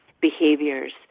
behaviors